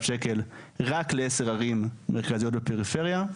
שקלים רק לעשר ערים מרכזיות בפריפריה,